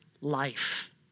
life